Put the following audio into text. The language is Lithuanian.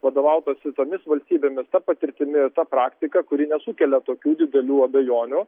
vadovautųsi tomis valstybėmis ta patirtimi ta praktika kuri nesukelia tokių didelių abejonių